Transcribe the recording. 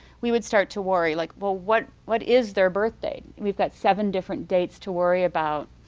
we would start to worry like, well, what what is their birthday? we've got seven different dates to worry about.